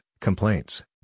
complaints